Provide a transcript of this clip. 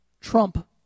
trump